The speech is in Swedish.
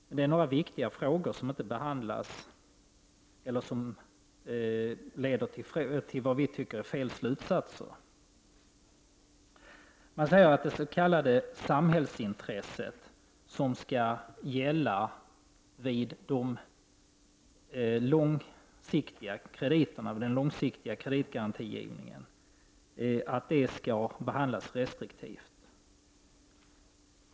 Det är dock några viktiga frågor som inte behandlas eller som leder till vad vi tycker är felaktiga slutsatser. Man säger att det s.k. samhällsintresset, som skall beaktas vid bedömning för långsiktiga kreditgarantier, skall bedömas restriktivt.